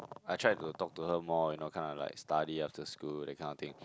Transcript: I tried to talk to her more you know kinda like study after school that kind of thing